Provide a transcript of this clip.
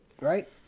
right